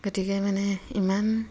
গতিকে মানে ইমান